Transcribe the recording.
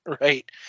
right